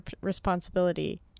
Responsibility